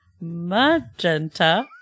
magenta